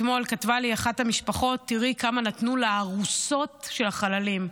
אתמול כתבה לי אחת המשפחות: תראי כמה נתנו לארוסות של החללים,